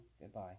Goodbye